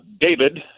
David